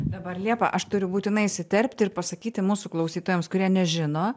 dabar liepa aš turiu būtinai įsiterpti ir pasakyti mūsų klausytojams kurie nežino